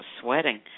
sweating